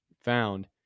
found